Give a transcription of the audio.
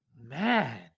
man